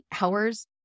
hours